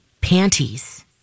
panties